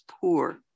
poor